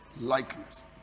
likeness